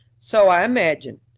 so i imagined.